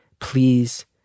please